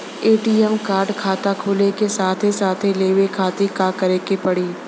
ATM card खाता खुले के साथे साथ लेवे खातिर का करे के पड़ी?